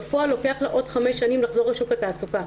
בפועל לוקח לה עוד חמש שנים לחזור לשוק התעסוקה.